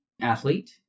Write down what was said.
athlete